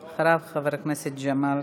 אחריו, חבר הכנסת ג'מאל